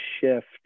shift